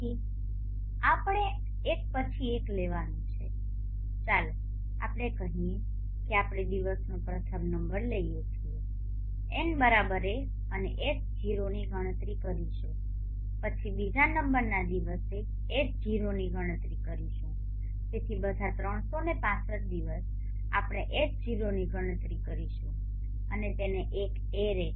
તેથી આપણે એક પછી એક લેવાનું છે ચાલો આપણે કહીએ કે આપણે દિવસનો પ્રથમ નંબર લઈએ છીએ n 1 અને H0 ની ગણતરી કરીશું પછી બીજા નંબરના દિવસે H0 ની ગણતરી કરીશું તેથી બધા 365 દિવસ આપણે H0 ની ગણતરી કરીશું અને તેને એક એરે